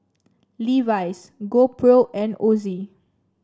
Levi's GoPro and Ozi